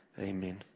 Amen